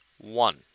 One